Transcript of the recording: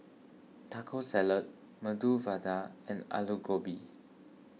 Taco Salad Medu Vada and Alu Gobi